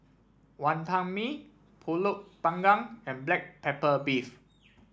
Wonton Mee pulut Panggang and Black Pepper Beef